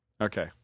Okay